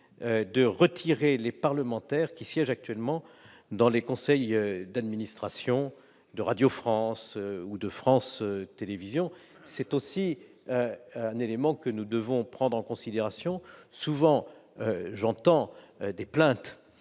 pour les parlementaires qui siègent actuellement dans les conseils d'administration de Radio France ou de France Télévisions, de se retirer. C'est aussi un élément que nous devons prendre en considération. Souvent, j'entends des plaintes